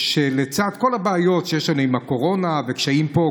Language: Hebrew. שלצד כל הבעיות שיש לנו עם הקורונה וקשיים פה,